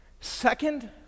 Second